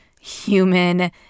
human